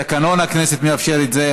תקנון הכנסת מאפשר את זה,